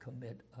commit